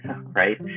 right